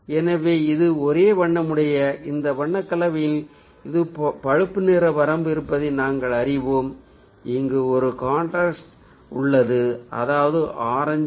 எனவே இது ஒரே வண்ணமுடையது இதில் வண்ண கலவையில் இது பழுப்பு நிற வரம்பு இருப்பதை நாங்கள் அறிவோம் இங்கு ஒரு காண்ட்றாஸ்ட் உள்ளது அதாவது ஆரஞ்சு